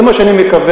זה מה שאני מקווה,